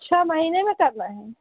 छः महीने में करना है